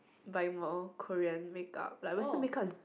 buying more Korean makeup like Western makeup is